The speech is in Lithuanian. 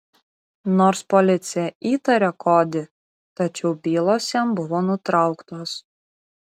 nors policija įtarė kodį tačiau bylos jam buvo nutrauktos